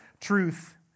truth